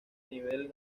nivel